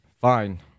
Fine